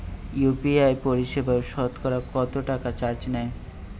UPI পরিসেবায় সতকরা কতটাকা চার্জ নেয়?